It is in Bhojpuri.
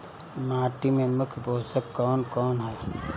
माटी में मुख्य पोषक कवन कवन ह?